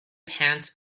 pants